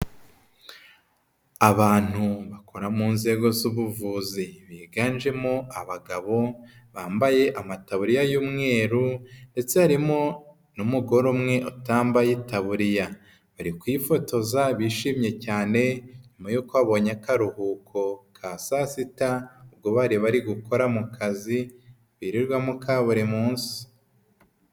Abantu bakora mu nzego z'ubuvuzi biganjemo abagabo, bambaye amataburiya y'umweru, ndetse harimo n'umugore umwe utambaye itaburiya bari kwifotoza bishimye cyane nyuma y'uko babonye akaruhuko ka sasita ubwo bari bari gukora mu kazi birirwamo ka buri munsi.